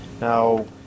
Now